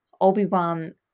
Obi-Wan